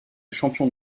champion